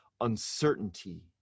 uncertainty